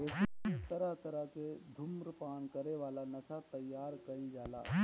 एसे तरह तरह के धुम्रपान करे वाला नशा तइयार कईल जाला